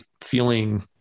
feeling